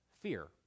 fear